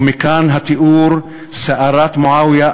ומכאן התיאור "שערת מועאויה",